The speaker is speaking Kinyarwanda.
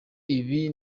ibi